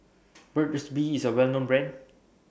Burt's Bee IS A Well known Brand